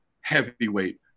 heavyweight